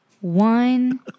one